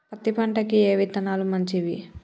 పత్తి పంటకి ఏ విత్తనాలు మంచివి?